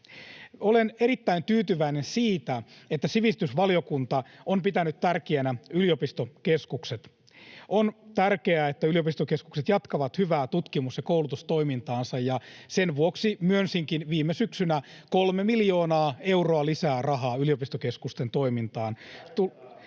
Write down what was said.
Olen erittäin tyytyväinen siitä, että sivistysvaliokunta on pitänyt tärkeänä yliopistokeskuksia. On tärkeää, että yliopistokeskukset jatkavat hyvää tutkimus- ja koulutustoimintaansa, ja sen vuoksi myönsinkin viime syksynä kolme miljoonaa euroa lisää rahaa yliopistokeskusten toimintaan.